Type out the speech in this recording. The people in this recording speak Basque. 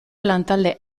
lantalde